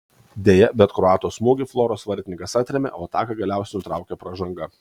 deja bet kroato smūgį floros vartininkas atrėmė o ataką galiausiai nutraukė pražanga